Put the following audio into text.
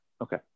okay